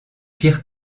pire